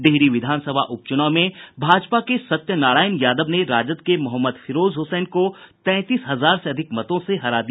डिहरी विधानसभा उपचुनाव में भाजपा के सत्यनारायण यादव ने राजद के मोहम्मद फिरोज हुसैन को तैंतीस हजार से अधिक मतों से हरा दिया